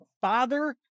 father